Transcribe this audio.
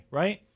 right